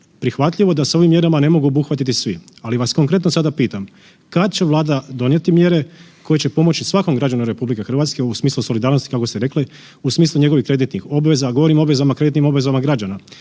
prihvatljivo da se ovim mjerama ne mogu obuhvatiti svi, ali vas konkretno sada pitam. Kad će Vlada donijeti mjere koje će pomoći svakom građanu RH u smislu solidarnosti, kako ste rekli, u smislu njegovih kreditnih obveza, govorim o obvezama, kreditnim obvezama građana.